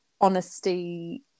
honesty